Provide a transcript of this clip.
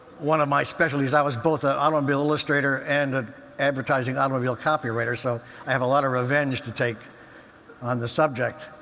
one of my specialties. i was both an automobile illustrator and an advertising automobile copywriter, so i have a lot of revenge to take on the subject.